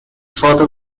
father